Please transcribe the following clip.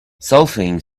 solfaing